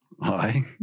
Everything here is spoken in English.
Hi